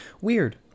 weird